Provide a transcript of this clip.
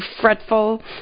fretful